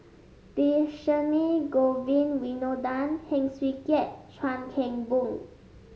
Dhershini Govin Winodan Heng Swee Keat Chuan Keng Boon